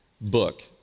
book